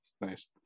nice